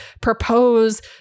propose